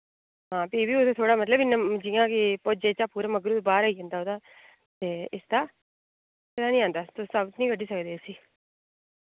हां फ्ही बी उस्सी थोह्ड़ा मतलब इन्ना जि'यां कि भुर्जे चा बाह्र आई जंदा ओह्दा ते इसदा एह्दा निं आंदा तुस साबता निं कड्ञी सकदे इस्सी